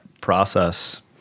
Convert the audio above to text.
process